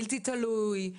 בלתי תלוי,